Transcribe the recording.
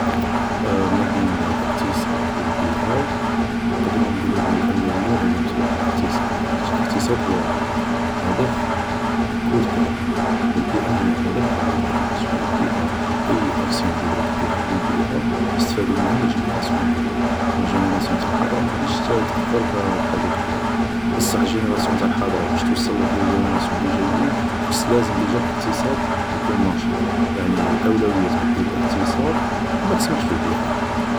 ما بين الاقتصاد و البيئة نقدرو نقولو بلي الأولوية لازم تروح للاقتصاد يعني خاطش الاقتصاد هو هدف آ كور ترم و البيئة هي هدف آ لونغ ترم خاطرش البيئة أي أكسيون غادي دروك ديرها للبيئة يستفادو منها لي جينيراسيون أفونير و لجنيراسيون تاع الحاضرة ماغاديش تتأثر بحاجة كبيرة بصح جينيراسيون تاع الحاضرة باش توصلك لي جينيراسيون لي جايين خص لازم ديجا الاقتصاد يكون نشيط يعني الأولوية تبدي الاقتصاد و متسمحش في البيئة